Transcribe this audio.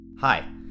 Hi